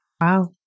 Wow